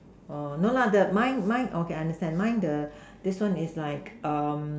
oh no lah the mine mine okay I understand mine the this one is like um